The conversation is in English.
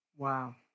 Wow